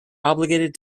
obligated